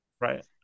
Right